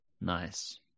Nice